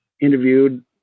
interviewed